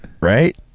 Right